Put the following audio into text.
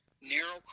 narrow